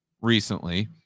recently